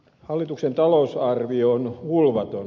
hallituksen talousarvio on hulvaton